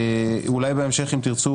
אולי בהמשך אם תרצו,